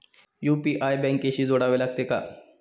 UPI बँकेशी जोडावे लागते का?